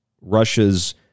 Russia's